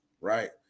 right